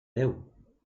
déu